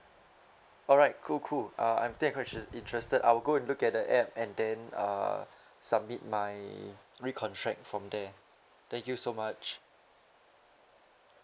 alright cool cool uh I think I'm quite interes~ interested I will go and look at the app and then uh submit my recontract from there thank you so much